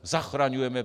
Zachraňujeme.